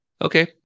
Okay